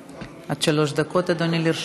עד שלוש דקות, אדוני, לרשותך.